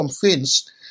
convinced